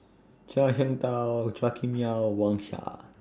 Zhuang Shengtao Chua Kim Yeow Wang Sha